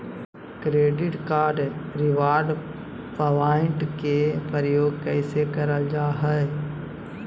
Credit card reward point के प्रयोग कैसे करल जा है?